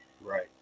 Right